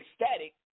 ecstatic